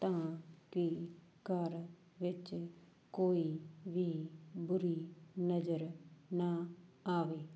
ਤਾਂ ਕਿ ਘਰ ਵਿੱਚ ਕੋਈ ਵੀ ਬੁਰੀ ਨਜ਼ਰ ਨਾ ਆਵੇ